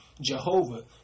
Jehovah